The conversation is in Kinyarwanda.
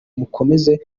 mukomeze